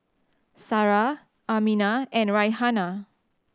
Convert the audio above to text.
Sarah Aminah and Raihana